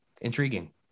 intriguing